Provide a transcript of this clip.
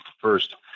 first